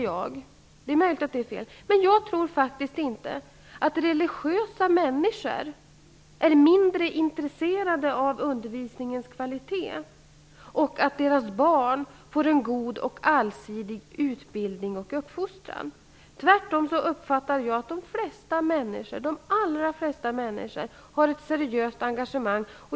Jag tror faktiskt inte att religiösa människor är mindre intresserade av undervisningens kvalitet och av en god och allsidig utbildning och uppfostran av deras barn -- det är möjligt att det är fel. Men jag uppfattar det tvärtom som att de allra flesta människor har ett seriöst engagemang.